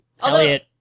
Elliot